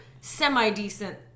semi-decent